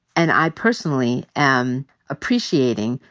and i personally am appreciating,